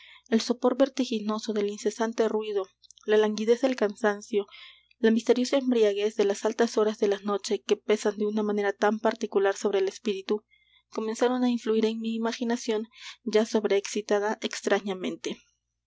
el sopor vertiginoso del incesante ruido la languidez del cansancio la misteriosa embriaguez de las altas horas de la noche que pesan de una manera tan particular sobre el espíritu comenzaron á influir en mi imaginación ya sobreexcitada extrañamente